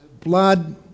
Blood